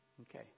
okay